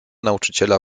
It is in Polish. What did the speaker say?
nauczyciela